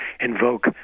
invoke